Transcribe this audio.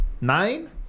Nine